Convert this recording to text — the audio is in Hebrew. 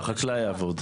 לא,